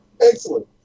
Excellent